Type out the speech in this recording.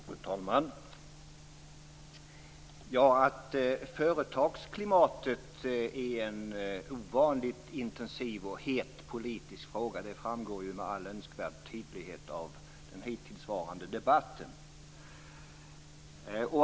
Fru talman! Att företagsklimatet är en ovanligt intensiv och het politisk fråga framgår med all önskvärd tydlighet av den hittillsvarande debatten.